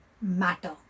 matter